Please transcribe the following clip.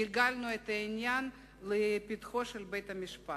גלגלנו את העניין לפתחו של בית-המשפט.